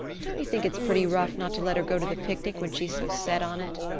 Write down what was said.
don't you think it's pretty rough not to let her go to the picnic when she's so set on it?